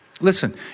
Listen